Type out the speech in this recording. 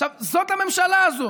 עכשיו, זאת הממשלה הזאת.